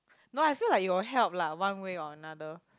no I feel like it will help lah one way or another